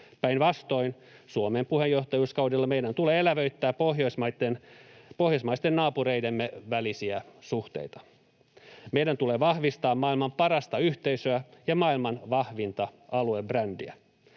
Päinvastoin Suomen puheenjohtajuuskaudella meidän tulee elävöittää pohjoismaisten naapureidemme välisiä suhteita. Meidän tulee vahvistaa maailman parasta yhteisöä ja maailman vahvinta aluebrändiä.